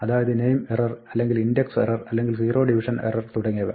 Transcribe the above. അതായത് name error അല്ലെങ്കിൽ index error അല്ലെങ്കിൽ സീറോ ഡിവിഷൻ എറർ തുടങ്ങിയവ